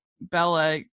bella